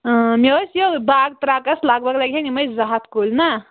ٲں مےٚ ٲسۍ یہِ باغہٕ ترٛکس لگ بگ لگن یِمے زٕ ہتھ کُلۍ نا